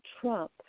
Trump